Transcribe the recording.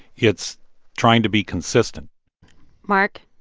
it's trying to be consistent mark?